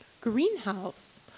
Greenhouse